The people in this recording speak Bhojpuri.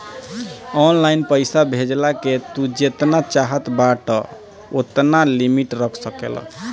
ऑनलाइन पईसा भेजला के तू जेतना चाहत बाटअ ओतना लिमिट रख सकेला